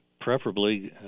preferably